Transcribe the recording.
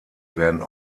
werden